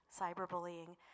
cyberbullying